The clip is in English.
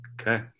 Okay